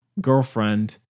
girlfriend